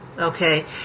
Okay